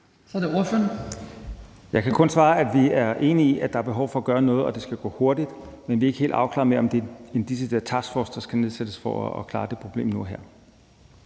Jørgensen (SF): Jeg kan kun svare, at vi er enige i, at der er behov for at gøre noget, og at det skal gå hurtigt. Men vi er ikke helt afklarede omkring, om det er en decideret taskforce, der skal nedsættes for at klare det problem nu og her.